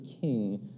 king